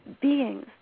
beings